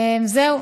זהו.